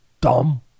dumb